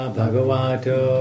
Bhagavato